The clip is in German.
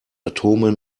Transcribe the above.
atome